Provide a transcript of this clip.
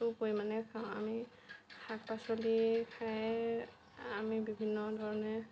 প্ৰচুৰ পৰিমাণে খাওঁ আমি শাক পাচলি খায়েই আমি বিভিন্ন ধৰণে